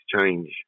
change